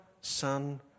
Son